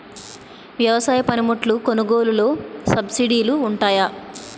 వ్యవసాయ పనిముట్లు కొనుగోలు లొ సబ్సిడీ లు వుంటాయా?